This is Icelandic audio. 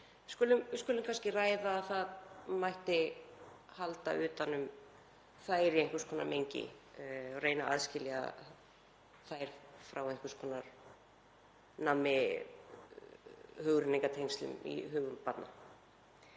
skulum kannski ræða að það mætti halda utan um það í einhvers konar mengi og reyna að aðskilja þær frá einhvers konar nammihugrenningatengslum í hugum barna.